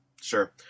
sure